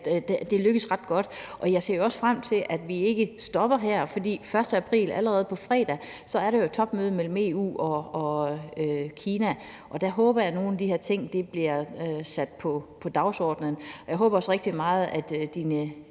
er lykkedes ret godt, og jeg ser jo også frem til, at vi ikke stopper her. For den 1. april, altså allerede på fredag, er der jo et topmøde mellem EU og Kina, og der håber jeg, at nogle af de her ting bliver sat på dagsordenen. Og jeg håber også rigtig meget, at